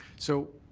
so,